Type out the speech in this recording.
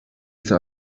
ise